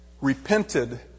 repented